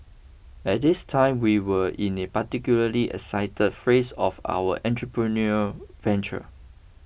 at this time we were in a particularly exciting phase of our entrepreneurial venture